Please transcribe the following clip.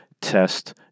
test